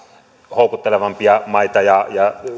houkuttelevampia maita ja